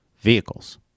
vehicles